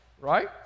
right